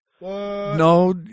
no